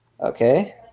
okay